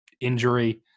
injury